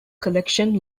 collection